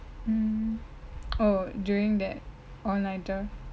um er during that on either